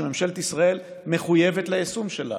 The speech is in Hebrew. שממשלת ישראל מחויבת ליישום שלה,